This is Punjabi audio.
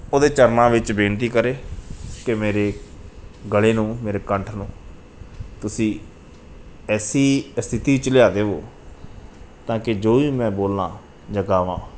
ਉਹਦੇ ਚਰਨਾਂ ਵਿੱਚ ਬੇਨਤੀ ਕਰੇ ਕਿ ਮੇਰੀ ਗਲੇ ਨੂੰ ਮੇਰੇ ਕੰਠ ਨੂੰ ਤੁਸੀਂ ਐਸੀ ਸਥਿੱਤੀ 'ਚ ਲਿਆ ਦੇਵੋ ਤਾਂ ਕਿ ਜੋ ਵੀ ਮੈਂ ਬੋਲਾਂ ਜਾਂ ਗਾਵਾਂ